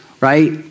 right